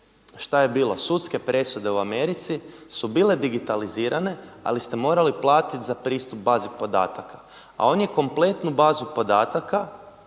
šta je bilo. Sudske presude u Americi su bile digitalizirane, ali ste morali platiti za pristup bazi podataka. A on je kompletnu bazu podataka